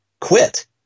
quit